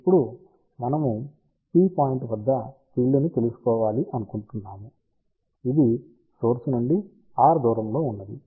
ఇప్పుడు మనము P point వద్ద ఫీల్డ్ ని తెలుసుకోవాలనుకుంటున్నాము ఇది సోర్స్ నుండి r దూరములో ఉన్నది